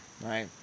right